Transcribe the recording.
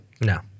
No